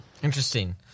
Interesting